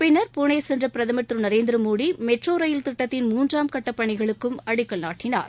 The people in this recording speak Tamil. பின்ளர் புளே சென்ற பிரதமர் திரு நரேந்திரமோடி மெட்ரோ ரயில் திட்டத்தின் மூன்றாம் கட்டப் பணிகளுக்கு அடிக்கல் நாட்டினார்